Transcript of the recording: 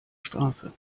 strafe